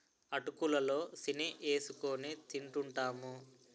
అటుకులు లో సీని ఏసుకొని తింటూంటాము